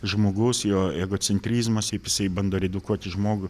žmogus jo egocentrizmas kaip jisai bando redukuoti žmogų